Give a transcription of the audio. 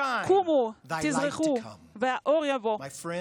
"קומי אורי כי בא אורך".